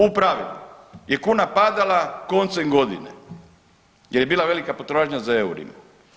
U pravilu je kuna padala koncem godine jer je bila velika potražnja za eurima.